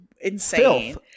insane